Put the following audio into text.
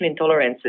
intolerances